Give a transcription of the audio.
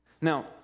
Now